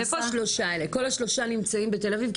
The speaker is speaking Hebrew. כל השלושה נמצאים בתל אביב?